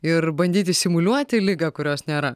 ir bandyti simuliuoti ligą kurios nėra